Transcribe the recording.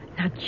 Now